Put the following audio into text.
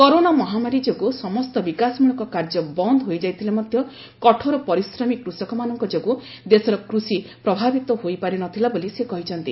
corona ମହାମାରୀ ଯୋଗୁଁ ସମସ୍ତ ବିକାଶମୂଳକ କାର୍ଯ୍ୟ ବନ୍ଦ ହୋଇଯାଇଥିଲେ ମଧ୍ୟ କଠୋର ପରିଶ୍ରମି କୁଷକମାନଙ୍କ ଯୋଗୁଁ ଦେଶର କୃଷି ପ୍ରଭାବିତ ହୋଇପାରି ନ ଥିଲା ବୋଲି ସେ କହିଛନ୍ତି